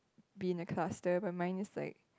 be in a cluster but mine is like